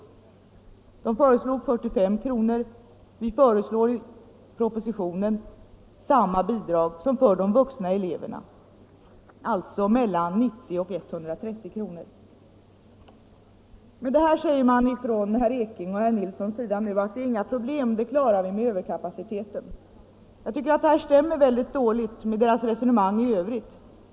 KAMU har föreslagit 45 kr., medan propositionen föreslår samma bidrag som för de vuxna eleverna, alltså mellan 90 och 130 kr. Herr Ekinge och herr Nilsson säger nu att dessa kostnader inte blir några problem; dem kan vi klara med överkapaciteten. Jag tycker det stämmer dåligt med deras resonemang i övrigt.